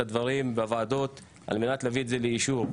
הדברים בוועדות על מנת להביא את זה לאישור,